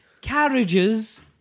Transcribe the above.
carriages